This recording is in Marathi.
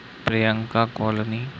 प्रियंका कॉलनी